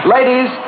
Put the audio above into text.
Ladies